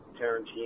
Tarantino